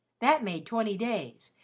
that made twenty days,